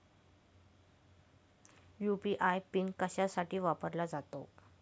UPI pin कशासाठी वापरला जातो?